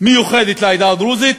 מיוחדת לעדה הדרוזית